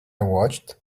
watched